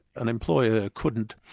an employer couldn't.